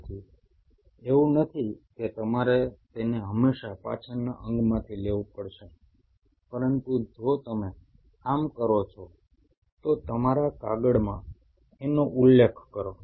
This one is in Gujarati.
તેથી એવું નથી કે તમારે તેને હંમેશા પાછળના અંગમાંથી લેવું પડશે પરંતુ જો તમે આમ કરો છો તો તમારા કાગળમાં તેનો ઉલ્લેખ કરો